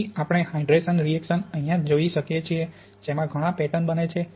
તેથી આપણે hydration reaction અહિયાં જોઈ શકીએ છીએ જેમાં ઘણા પેટર્ન બને છે